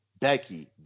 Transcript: Becky